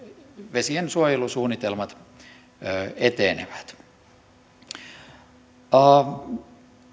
vesiensuojelusuunnitelmat etenevät